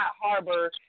harbor